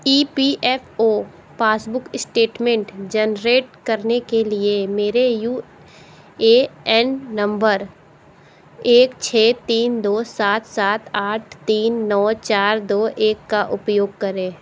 ई P F O passbook statement generate करने के लिए मेरे यू ए एन नंबर एक छः तीन दो सात सात आठ तीन नौ चार दो एक का उपयोग करें